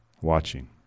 watching